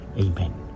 Amen